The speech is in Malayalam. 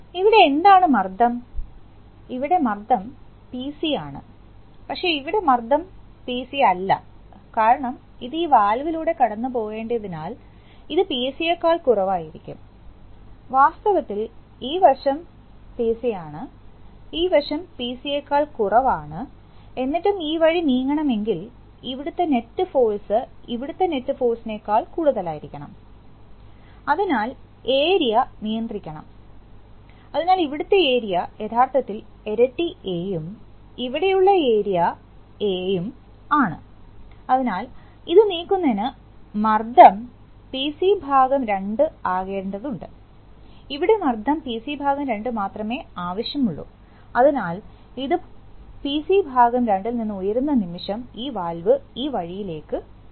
ഇവിടെ എന്താണ് മർദ്ദം ഇവിടെ മർദ്ദം പിസി ആണ് പക്ഷേ ഇവിടെ മർദ്ദം പിസി അല്ല കാരണം ഇത് ഈ വാൽവിലൂടെ കടന്നുപോകേണ്ടതിനാൽ ഇത് പിസിയേക്കാൾ കുറവായിരിക്കും വാസ്തവത്തിൽ ഈ വശം പിസിയാണ് ഈ വശം പിസിയേക്കാൾ കുറവാണ് ആണ് എന്നിട്ടും ഈ വഴി നീങ്ങണം എങ്കിൽ ഇവിടത്തെ നെറ്റ് ഫോഴ്സ് ഇവിടുത്തെ നെറ്റ് ഫോഴ്സിനേക്കാൾ കൂടുതലായിരിക്കണം അതിനാൽ ഏരിയ നിയന്ത്രിക്കണം അതിനാൽ ഇവിടത്തെ ഏരിയയഥാർത്ഥത്തിൽ ഇരട്ടി A ഉം ഇവിടെയുള്ള ഏരിയ A ഉം ആണ് അതിനാൽ ഇത് നീക്കുന്നതിന് മർദ്ദം പിസി ഭാഗം 2 ആകേണ്ടതുണ്ട് ഇവിടെ മർദ്ദം പിസി ഭാഗം 2 മാത്രമേ ആവശ്യമുള്ളൂ അതിനാൽ ഇത് പിസി ഭാഗം 2 നിന്നും ഉയരുന്ന നിമിഷം ഈ വാൽവ് ഈ വഴിയിലേക്ക് മാറും